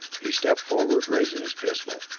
he stepped forward, raising his pistol.